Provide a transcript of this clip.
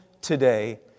today